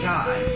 God